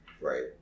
Right